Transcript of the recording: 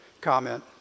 comment